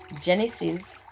genesis